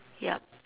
yup